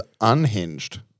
unhinged